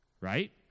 Right